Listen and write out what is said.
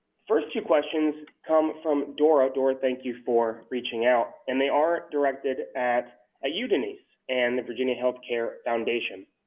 first two questions come from dora. dora, thank you for reaching out. and they are directed to ah you, denise, and the virginia health care foundation.